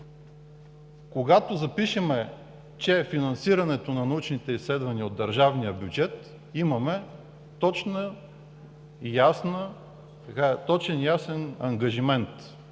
когато запишем, че финансирането на научните изследвания е от държавния бюджет, имаме точен и ясен ангажимент